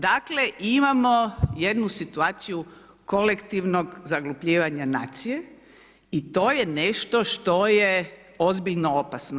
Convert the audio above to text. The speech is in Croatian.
Dakle, imamo jednu situaciju kolektivnog zaglupljivanje nacije i to je nešto što je ozbiljno opasno.